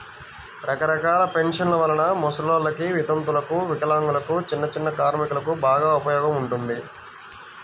రకరకాల పెన్షన్ల వలన ముసలోల్లకి, వితంతువులకు, వికలాంగులకు, చిన్నచిన్న కార్మికులకు బాగా ఉపయోగం ఉంటుంది